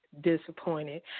disappointed